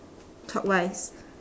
clockwise